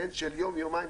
של יום-יומיים,